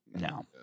no